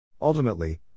Ultimately